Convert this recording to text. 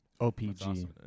OPG